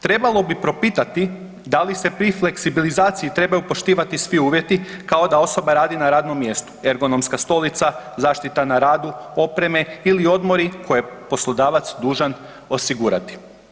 Trebali bi propitati da li se pri fleksibilizaciji trebaju poštivati svi uvjeti kao da osoba radi na radnom mjestu, ergonomska stolica, zaštita na radu, opreme ili odmori koje je poslodavac dužan osigurati.